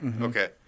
Okay